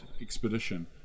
expedition